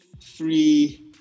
three